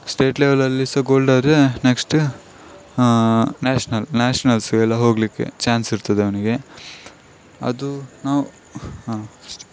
state ಲೆವೆಲಲ್ಲಿ ಸಹ gold ಆದರೆ ನೆಕ್ಸ್ಟ್ ನ್ಯಾಷ್ನಲ್ ನ್ಯಾಷನಲ್ಸಿಗೆಲ್ಲ ಹೋಗಲಿಕ್ಕೆ ಚಾನ್ಸ್ ಇರ್ತದೆ ಅವನಿಗೆ ಅದು ನಾವು ಹಾ ಅಷ್ಟೇ